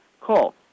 Call